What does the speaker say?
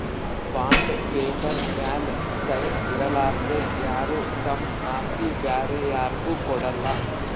bond paper ಮ್ಯಾಲ್ sign ಇರಲಾರ್ದೆ ಯಾರು ತಮ್ ಆಸ್ತಿ ಬ್ಯಾರೆ ಯಾರ್ಗು ಕೊಡಲ್ಲ